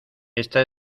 está